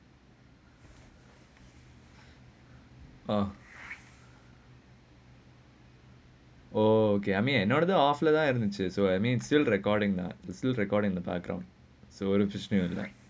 ah oh okay I mean என்னோட கூட:ennoda kooda I mean still recording ah the recording the background so interesting like that